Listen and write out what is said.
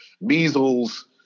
measles